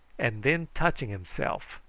and then touching himself,